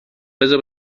بزار